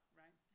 right